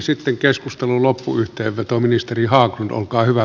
sitten keskustelun loppuyhteenveto ministeri haglund